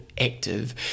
active